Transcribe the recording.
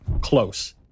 Close